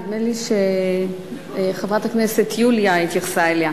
נדמה לי שחברת הכנסת יוליה התייחסה לזה,